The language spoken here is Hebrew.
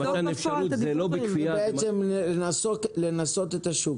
זה לנסות את השוק.